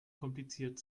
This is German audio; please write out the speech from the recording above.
kompliziert